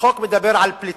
החוק מדבר על פליטים.